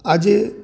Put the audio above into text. આજે